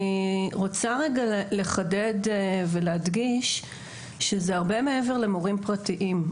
אני רוצה רגע לחדד ולהדגיש שזה הרבה מעבר למורים פרטיים,